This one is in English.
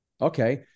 Okay